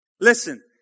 Listen